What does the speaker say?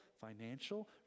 financial